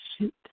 shoot